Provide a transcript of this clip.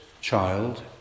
child